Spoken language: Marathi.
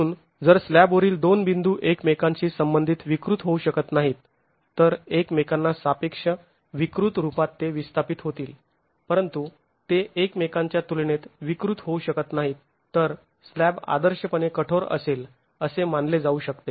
म्हणून जर स्लॅबवरील दोन बिंदू एकमेकांशी संबंधित विकृत होऊ शकत नाहीत तर एकमेकांना सापेक्ष विकृत रूपात ते विस्थापित होतील परंतु ते एकमेकांच्या तुलनेत विकृत होऊ शकत नाहीत तर स्लॅब आदर्शपणे कठोर असेल असे मानले जाऊ शकते